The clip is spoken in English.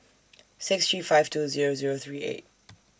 six three five two Zero Zero three eight